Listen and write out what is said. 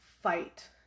fight